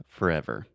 Forever